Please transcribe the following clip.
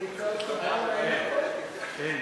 הוא הכה אותך פה לעיני כול, כן.